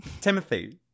Timothy